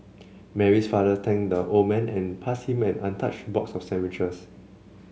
Mary's father thanked the old man and passed him an untouched box of sandwiches